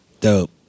dope